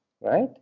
right